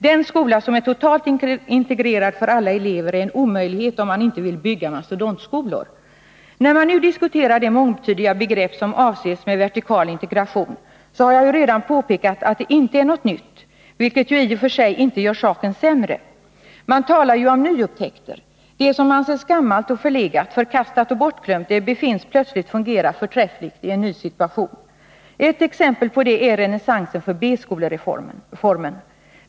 Den skola som är totalt integrerad för alla elever är en omöjlighet, om man inte vill bygga mastodontskolor. När det gäller det mångtydiga begrepp som avses med vertikal integration, har jag redan påpekat att det inte är något nytt, vilket ju i och för sig inte gör saken sämre. Man talar om nyupptäckter. Det som anses gammalt och förlegat, förkastat och bortglömt befinns plötsligt fungera förträffligt i en ny situation. Ett exempel på det är renässansen för B-skoleformen.